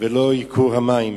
ולא ייקור מים.